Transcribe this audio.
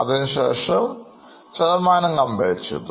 അതിനുശേഷംശതമാനം Compare ചെയ്തു